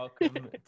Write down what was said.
welcome